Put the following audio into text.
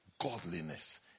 godliness